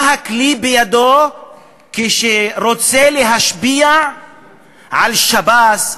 מה הכלי שיש בידו כשהוא רוצה להשפיע על שב"ס,